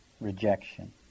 rejection